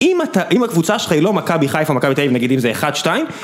אם הקבוצה שלך היא לא מכבי חייפה, מכבי תל אביב, נגיד אם זה אחד, שתיים...